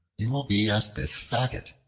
you will be as this faggot,